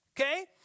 Okay